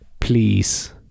please